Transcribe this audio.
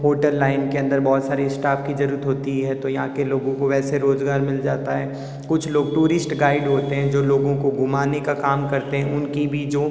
hotel line के अंदर बहुत सारे स्टाफ की जरुरत होती है तो यहाँ के लोगों को वैसे रोजगार मिल जाता है कुछ लोग टुरिस्ट गाइड होते हैं जो लोगों को घुमाने का काम करते हैं उनकी भी जो